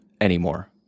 anymore